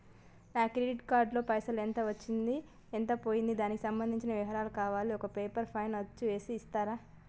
నా credit card లో పైసలు ఎంత వచ్చింది ఎంత పోయింది దానికి సంబంధించిన వివరాలు కావాలి ఒక పేపర్ పైన అచ్చు చేసి ఇస్తరా?